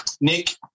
Nick